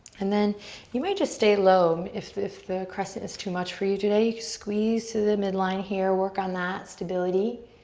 and you may just stay low. if if the crescent is too much for you today squeeze to the midline here, work on that stability.